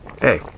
Hey